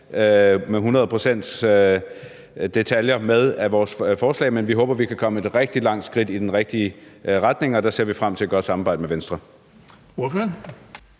få alle detaljer med af vores forslag, men vi håber, vi kan komme et rigtig langt skridt i den rigtige retning, og det ser vi frem til at gøre i samarbejde med Venstre.